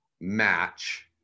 match